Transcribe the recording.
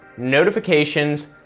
notifications,